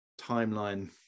timeline